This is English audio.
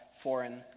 foreign